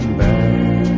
back